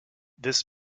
this